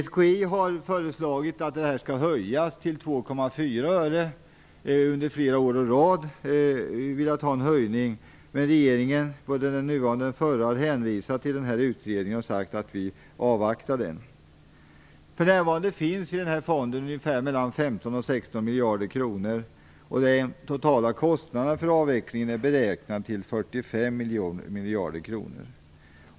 SKI har föreslagit en höjning till 2,4 öre. Man har under flera år i rad velat ha en höjning, men både den nuvarande och den förra regeringen har hänvisat till utredningen och sagt sig vilja avvakta den. För närvarande finns det i den här fonden ungefär 15-16 miljarder kronor. Den totala kostnaden för avvecklingen är beräknad till 45 miljarder kronor.